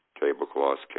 tablecloths